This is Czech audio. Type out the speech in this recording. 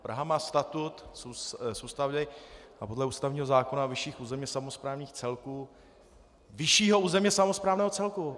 Praha má statut z Ústavy a podle ústavního zákona vyšších územně samosprávných celků vyššího územně samosprávného celku.